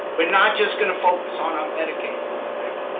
we're not just going to focus on our medicaid program.